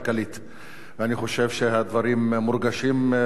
ואני חושב שהדברים מורגשים בכל רחבי הארץ,